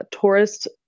tourist